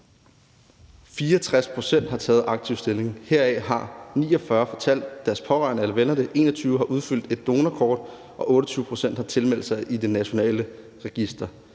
64 pct. har taget aktivt stilling. Heraf har 49 pct. fortalt deres pårørende eller venner det. 21 pct. har udfyldt et donorkort, og 28 pct. har tilmeldt sig det nationale register.